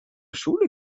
schule